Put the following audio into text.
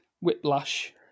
Whiplash